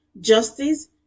justice